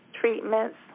treatments